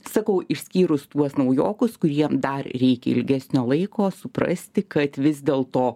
sakau išskyrus tuos naujokus kuriem dar reikia ilgesnio laiko suprasti kad vis dėl to